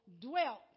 dwelt